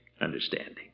understanding